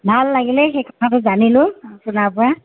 ভাল লাগিলে সেই কথাটো জানিলোঁ আপোনাৰ পৰা